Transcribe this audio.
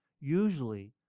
usually